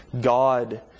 God